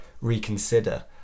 reconsider